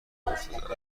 افتاده